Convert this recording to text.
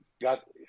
got